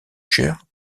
chère